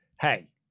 hey